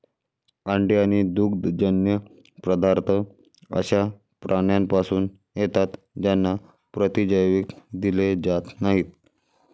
अंडी आणि दुग्धजन्य पदार्थ अशा प्राण्यांपासून येतात ज्यांना प्रतिजैविक दिले जात नाहीत